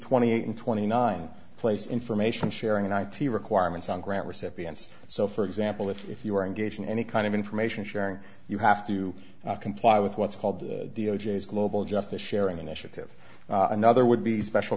twenty eight and twenty nine place information sharing in i t requirements on grant recipients so for example if you were engaged in any kind of information sharing you have to comply with what's called the o'jays global justice sharing initiative another would be special